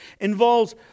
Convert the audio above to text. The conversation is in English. involves